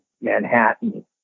Manhattan